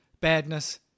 badness